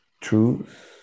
truth